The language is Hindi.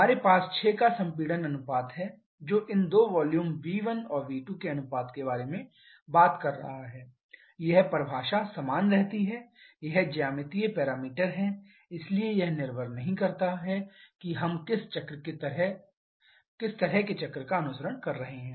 हमारे पास 6 का संपीड़न अनुपात है जो इन दो वॉल्यूम v1 और v2 के अनुपात के बारे में बात कर रहा है यह परिभाषा समान रहती है यह ज्यामितीय पैरामीटर है इसलिए यह निर्भर नहीं करता है कि हम किस तरह के चक्र का अनुसरण कर रहे हैं